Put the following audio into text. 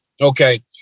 Okay